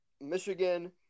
Michigan